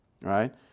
Right